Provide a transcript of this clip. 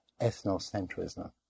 ethnocentrism